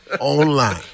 online